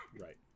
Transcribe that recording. right